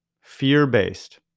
fear-based